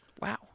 Wow